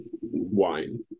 wine